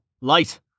light